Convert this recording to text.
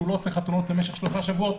שהוא לא עושה חתונות למשך שלושה שבועות.